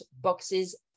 boxes